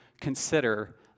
consider